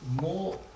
more